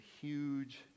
huge